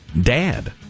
Dad